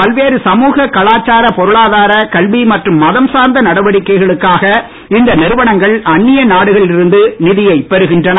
பல்வேறு சமுக கலாச்சார பொருளாதார கல்வி மற்றும் மதம் சார்ந்த நடவடிக்கைகளுக்காக இந்த நிறுவனங்கள் அந்நிய நாடுகளில் இருந்து நிதியை பெறுகின்றன